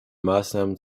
maßnahmen